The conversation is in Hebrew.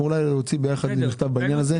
אנחנו אולי נוציא ביחד מכתב בעניין הזה.